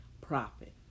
profit